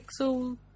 Pixel